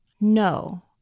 No